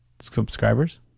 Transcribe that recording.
subscribers